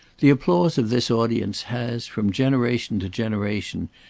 the applause of this audience has, from generation to generation,